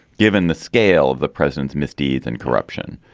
given the scale of the president's misdeeds and corruption,